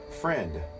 Friend